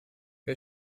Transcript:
wer